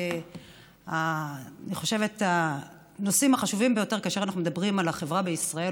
אחד הנושאים החשובים ביותר כאשר אנחנו מדברים על החברה בישראל,